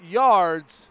yards